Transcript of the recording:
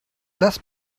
less